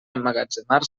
emmagatzemar